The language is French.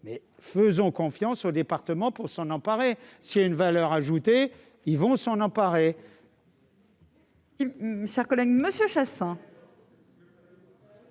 mais faisons confiance aux départements pour s'en emparer. S'il y a une valeur ajoutée, ils s'en empareront